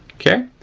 okay.